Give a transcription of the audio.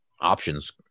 options